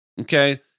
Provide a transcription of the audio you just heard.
Okay